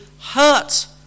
hurt